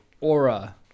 Aura